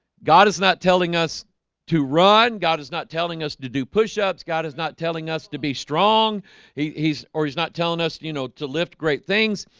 god is not telling us to run god is not telling us to do push-ups. god is not telling us to be strong he's he's or he's not telling us, you know to lift great things.